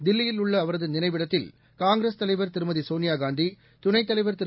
தில்லியில் உள்ள அவரதுநிளைவிடத்தில் காங்கிரஸ் தலைவர் திருமதிசோனியாகாந்தி துணைத் தலைவர் திரு